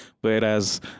Whereas